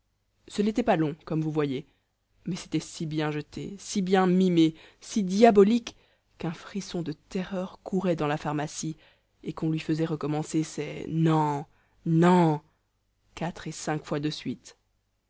ce n'était pas long comme vous voyez mais c'était si bien jeté si bien mimé si diabolique qu'un frisson de terreur courait dans la pharmacie et qu'on lui faisait recommencer ses nan nan quatre et cinq fois de suite